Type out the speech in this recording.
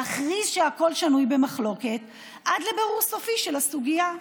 להכריז שהכול שנוי במחלוקת עד לבירור סופי של הסוגיה.